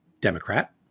Democrat